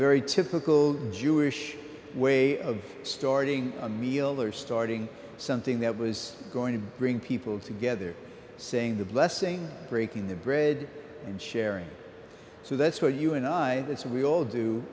very typical jewish way of starting a meal or starting something that was going to bring people together saying the blessing of breaking the bread and sharing so that's what you and i as we all do